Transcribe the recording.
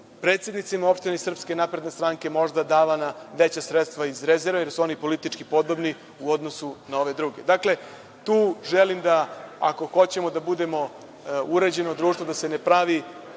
predsednicima opština iz SNS možda davana veća sredstva iz rezerve, jer su oni politički podobni, u odnosu na ove druge. Dakle, tu želim da ako hoćemo da budemo uređeno društvo, da se ne pravi